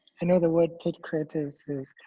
i know the word pit crit is